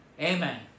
Amen